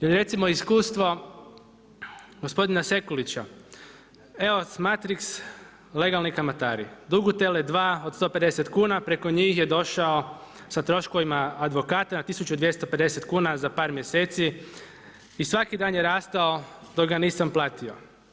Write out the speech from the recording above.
Ili recimo iskustvo gospodina Sekulića, EOS Matrix, legalni kamatari, „Dugu Tele2 od 150kn preko njih je došao sa troškovima advokata na 1250 kuna za par mjeseci i svaki dan je rastao dok ga nisam platio.